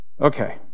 Okay